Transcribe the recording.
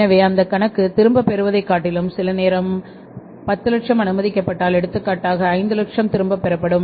எனவே அந்தக் கணக்கு திரும்பப் பெறுவதைக் காட்டிலும் சில நேரம் 1000000 அனுமதிக்கப்பட்டால் எடுத்துக்காட்டாக 500000 திரும்பப் பெறப்படும்